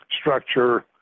structure